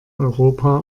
europa